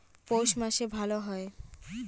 পৌষ মাসে ভালো হয়?